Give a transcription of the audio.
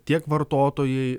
tiek vartotojai